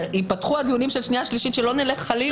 כשייפתחו הדיונים של הקריאה השנייה והקריאה שלישית שלא נלך חלילה,